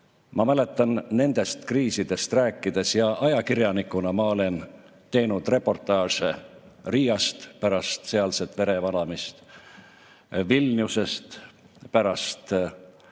Ma mäletan nendest kriisidest rääkides – ajakirjanikuna ma olen teinud reportaaže Riiast pärast sealset verevalamist, Vilniusest pärast